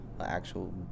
actual